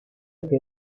que